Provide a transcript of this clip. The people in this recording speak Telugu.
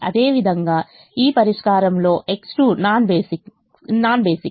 అదేవిధంగాఈ పరిష్కారం లో X2 నాన్ బేసిక్